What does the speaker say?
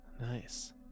Nice